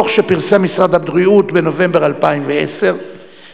בדוח שפרסם משרד הבריאות בנובמבר 2001 נכתב,